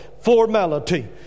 formality